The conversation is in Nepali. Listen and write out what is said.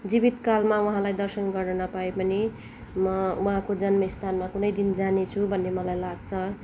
जीवितकालमा उहाँलाई दर्शन गर्न नपाए पनि म उहाँको जन्मस्थानमा कुनै दिन जानेछु भन्ने मलाई लाग्छ